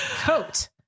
coat